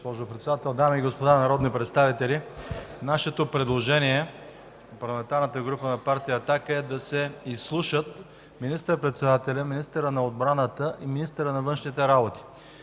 Дами и господа народни представители, предложението на Парламентарната група на партия „Атака” е да се изслушат министър-председателят, министърът на отбраната и министърът на външните работи